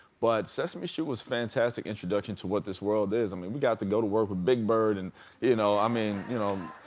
but sesame street was a fantastic introduction to what this world is. i mean we got to go to work with big bird and you know, i mean you know.